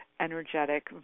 energetic